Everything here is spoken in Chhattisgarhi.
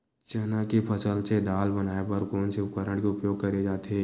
चना के फसल से दाल बनाये बर कोन से उपकरण के उपयोग करे जाथे?